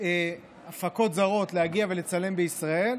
הפקות זרות להגיע ולצלם בישראל.